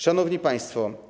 Szanowni Państwo!